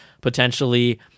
potentially